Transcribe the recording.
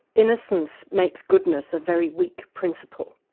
innocence makes goodness a very weak principle.